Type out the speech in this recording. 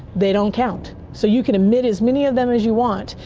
they don't count. so you can emit as many of them as you want,